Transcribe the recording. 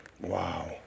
Wow